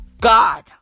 god